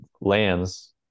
lands